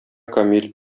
камил